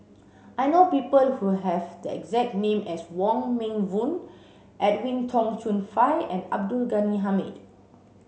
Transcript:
I know people who have the exact name as Wong Meng Voon Edwin Tong Chun Fai and Abdul Ghani Hamid